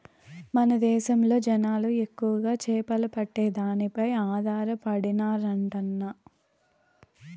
మన దేశంలో జనాలు ఎక్కువగా చేపలు పట్టే దానిపై ఆధారపడినారంటన్నా